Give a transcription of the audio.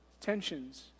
tensions